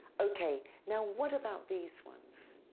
ok, now what about these ones?